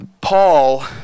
Paul